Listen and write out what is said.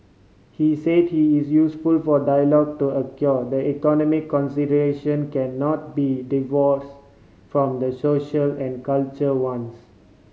he said he is useful for dialogue to the economic consideration cannot be divorce from the social and cultural ones